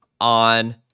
on